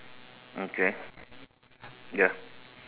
okay ya